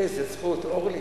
איזו זכות, אורלי.